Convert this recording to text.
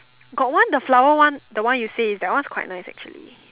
got one the flower one the one you say that one's quite nice actually